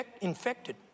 infected